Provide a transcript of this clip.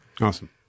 Awesome